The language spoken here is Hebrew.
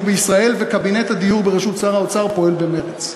בישראל וקבינט הדיור בראשות שר האוצר פועל במרץ.